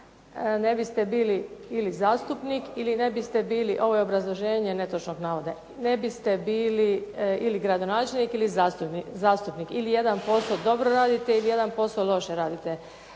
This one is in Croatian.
ne biste bili ili zastupnik, ili ne biste bili, ovo je obrazloženje netočnog navoda, ne biste bili ili gradonačelnik ili zastupnik. Ili jedan posao dobro radite, ili jedan posao loše radite.